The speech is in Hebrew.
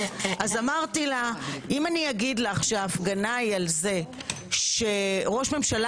אמרתי לה שאם אני אגיד לך שההפגנה היא על זה שראש ממשלה